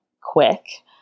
quick